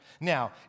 Now